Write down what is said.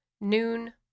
noon